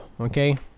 okay